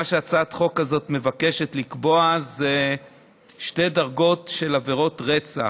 מה שהצעת החוק הזאת מבקשת לקבוע זה שתי דרגות של עבירות רצח: